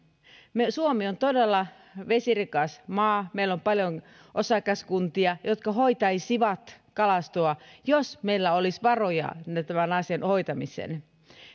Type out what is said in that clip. suomi on todella vesirikas maa meillä on paljon osakaskuntia jotka hoitaisivat kalastoa jos meillä olisi varoja tämän asian hoitamiseen